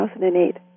2008